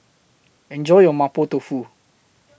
Enjoy your Mapo Tofu